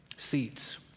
seats